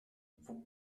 vous